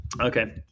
Okay